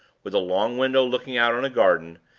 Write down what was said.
with a long window looking out on a garden,